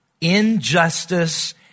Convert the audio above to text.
injustice